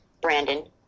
Brandon